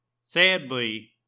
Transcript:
Sadly